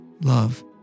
love